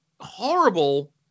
horrible